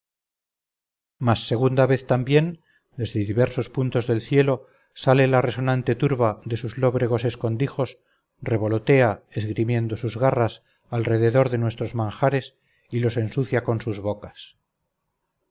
mas segunda vez también desde diversos puntos del cielo sale la resonante turba de sus lóbregos escondrijos revolotea esgrimiendo sus garras alrededor de nuestros manjares y los ensucia con sus bocas